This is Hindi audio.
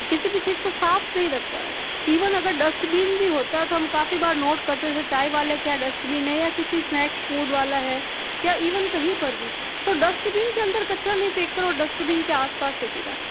किसी भी चीज को साफ नहीं रख पा रहा है इवन अगर डस्टबिन भी होता है तो हम काफ़ी बार नोट करते थे चाय वाले के यहाँ डस्टबिन है या किसी स्नैक्स फूड वाला है या इवन कहीं पर भी तो डस्टबिन के अंदर कचरा नहीं फेंक कर वो डस्टबिन के आसपास फेंकेगा